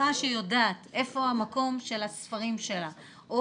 שמשפחה שיודעת איפה המקום של הספרים שלה,